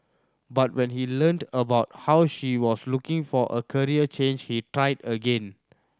but when he learnt about how she was looking for a career change he tried again